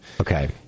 okay